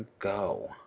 go